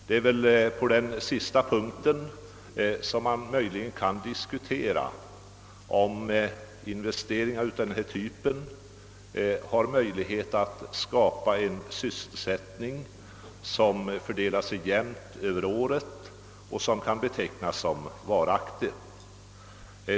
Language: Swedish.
Det är väl på den sista punkten som man möjligen kan diskutera, om investeringar av denna typ kan skapa en sysselsättning, som fördelar sig jämnt över året och som kan betecknas som varaktig.